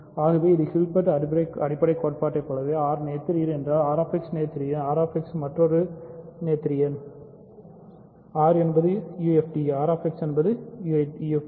ஆகவே இது ஹில்பர்ட் அடிப்படைக் கோட்பாட்டைப் போலவே R நோத்தேரியன் என்றால் R x நொதீரியன் என்றால் R x மற்றொரு நொத்தேரியன் R என்பது UFD RX என்றால் UFD